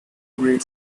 great